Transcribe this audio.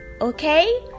okay